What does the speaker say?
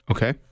Okay